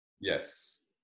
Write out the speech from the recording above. Yes